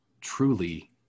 truly